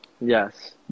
Yes